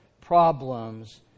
problems